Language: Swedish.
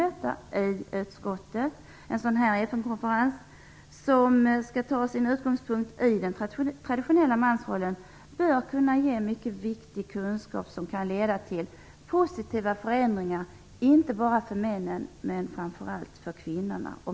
En FN-konferens som skall ta sin utgångspunkt i den traditionella mansrollen bör kunna ge mycket viktig kunskap som kan leda till positiva förändringar, inte bara för männen utan framför allt för kvinnorna.